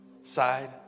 Side